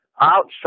outside